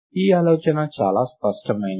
ఈ ఆలోచన చాలా స్పష్టమైనది